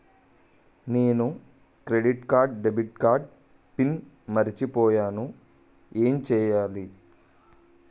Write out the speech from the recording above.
నేను credit card debit card pin మర్చిపోయేను ఎం చెయ్యాలి?